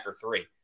three